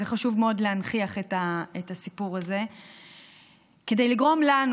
זה חשוב מאוד להנכיח את הסיפור הזה כדי לגרום לנו,